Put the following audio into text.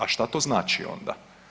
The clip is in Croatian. A šta to znači onda?